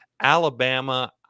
Alabama